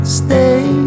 stay